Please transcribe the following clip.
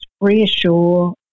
reassure